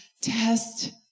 test